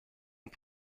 und